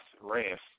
rest